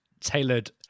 tailored